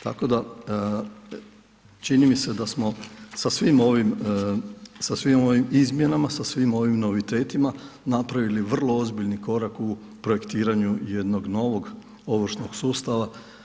Tako da čini mi se da smo sa svim ovim izmjenama, sa svim ovim novitetima napravili vrlo ozbiljni korak u projektiranju jednog novog ovršnog sustava.